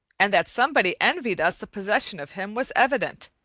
and that somebody envied us the possession of him was evident,